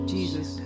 Jesus